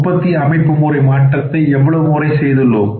உற்பத்தி அமைப்பு முறை மாற்றத்தை எவ்வளவு முறை செய்துள்ளோம்